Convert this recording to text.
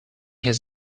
his